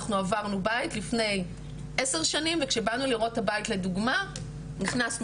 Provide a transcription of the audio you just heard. אנחנו עברנו בית לפני 10 שנים ושבאנו לראות את הבית לדוגמא נכנסנו